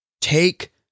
take